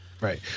Right